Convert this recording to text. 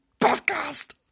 podcast